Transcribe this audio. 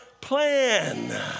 plan